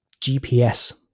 GPS